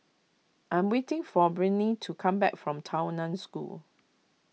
I am waiting for Brittnee to come back from Tao Nan School